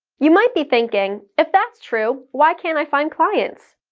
you might be thinking, if that's true, why can't i find clients?